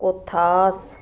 ਕੋਥਾਸ